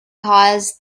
caused